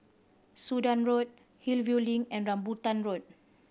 Sudan Road Hillview Link and Rambutan Road